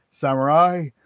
samurai